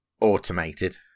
automated